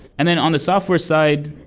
and then on the software side,